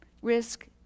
Risk